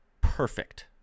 perfect